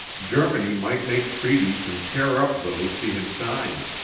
germany might make treaties and tear up those she had signed.